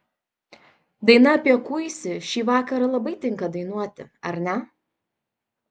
daina apie kuisį šį vakarą labai tinka dainuoti ar ne